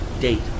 date